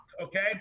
okay